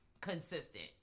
consistent